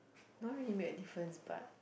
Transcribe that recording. not really make a difference but